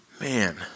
man